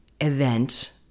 event